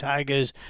Tigers